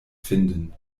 finden